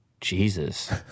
Jesus